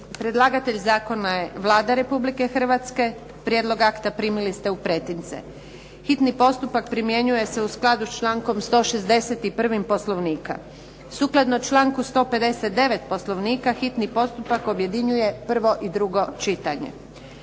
Predlagatelj zakona je Vlada Republike Hrvatske. Prijedlog akta primili ste u pretince. Hitni postupak primjenjuje se u skladu s člankom 161. Poslovnika. Sukladno članku 159. Poslovnika hitni postupak objedinjuje prvo i drugo čitanje.